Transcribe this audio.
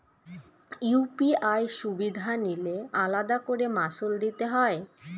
UPI সুবিধা নিলে আলাদা করে মাসুল দিতে হয়?